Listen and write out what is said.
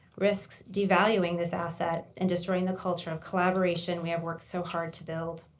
risks devaluing this asset and destroying the culture of collaboration we have worked so hard to build.